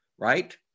right